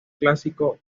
clásico